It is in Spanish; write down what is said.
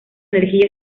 energía